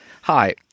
Hi